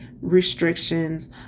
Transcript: restrictions